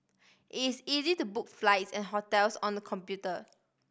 it's easy to book flights and hotels on the computer